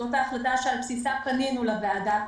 זאת ההחלטה שעל בסיסה פנינו לוועדה,